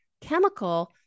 chemical